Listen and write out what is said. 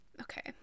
Okay